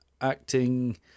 acting